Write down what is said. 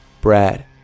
Brad